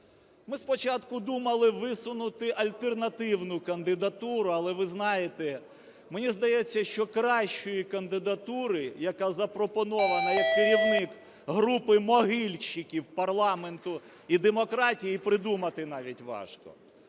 Ми спочатку думали висунути альтернативну кандидатуру, але, ви знаєте, мені здається, що кращої кандидатури, яка запропонована як керівник групи "могильників" парламенту і демократії, придумати навіть важко.